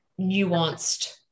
nuanced